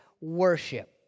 worship